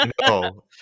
No